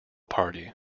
party